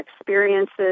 experiences